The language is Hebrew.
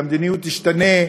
שהמדיניות תשתנה,